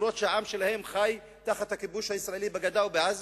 ואף-על-פי שהעם שלהם חי תחת הכיבוש הישראלי בגדה ובעזה,